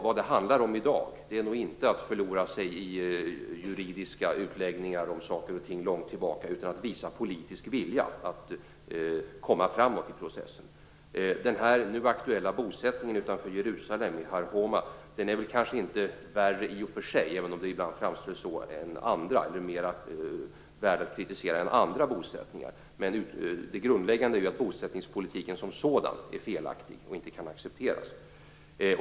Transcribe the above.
Vad det handlar om i dag är nog inte att förlora sig i juridiska utläggningar om saker och ting långt tillbaka utan att visa politisk vilja att komma framåt i processen. Den nu aktuella bosättningen utanför Jerusalem, Har Haoma, är väl kanske inte värre eller mer värd att kritisera i och för sig än andra bosättningar, även om det ibland framställs så. Men det grundläggande är ju att bosättningspolitiken som sådan är felaktig och inte kan accepteras.